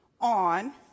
on